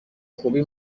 خوبی